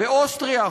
באוסטריה,